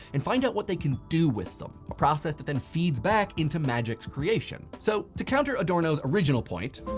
and find out what they can do with them, a process that then feeds back into magic's creation. so to counter adorno's original point